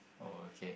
oh okay